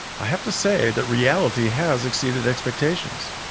i have to say that reality has exceeded expectations.